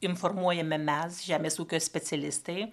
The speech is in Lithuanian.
informuojame mes žemės ūkio specialistai